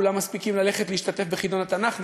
כולם מספיקים ללכת להשתתף בחידון התנ"ך,